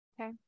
okay